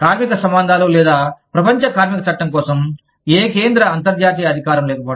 కార్మిక సంబంధాలు లేదా ప్రపంచ కార్మిక చట్టం కోసం ఏ కేంద్ర అంతర్జాతీయ అధికారం లేకపోవడం